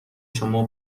شما